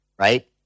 right